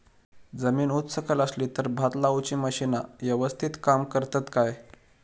जमीन उच सकल असली तर भात लाऊची मशीना यवस्तीत काम करतत काय?